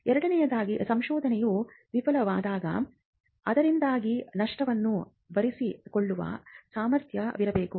ಎರಡನೆಯದಾಗಿ ಸಂಶೋಧನೆಯು ವಿಫಲವಾದಾಗ ಅದರಿಂದಾಗುವ ನಷ್ಟವನ್ನು ಬರಿಸಿಕೊಳ್ಳುವ ಸಾಮರ್ಥ್ಯ ವಿರಬೇಕು